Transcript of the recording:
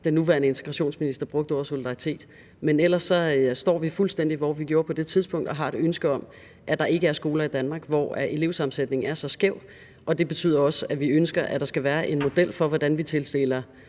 udlændinge- og integrationsminister brugte ordet solidaritet. Men ellers står vi fuldstændig, hvor vi gjorde på det tidspunkt, og har et ønske om, at der ikke er skoler i Danmark, hvor elevsammensætningen er så skæv. Det betyder også, at vi ønsker, at der skal være en model for, hvordan vi tildeler